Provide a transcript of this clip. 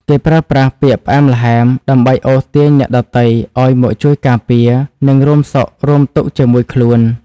គេប្រើប្រាស់ពាក្យផ្អែមល្ហែម ដើម្បីអូសទាញអ្នកដទៃឱ្យមកជួយការពារ និងរួមសុខរួមទុក្ខជាមួយខ្លួន។